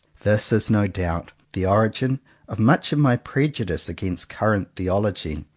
this is no doubt the origin of much of my prejudice against current theology.